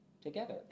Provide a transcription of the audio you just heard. together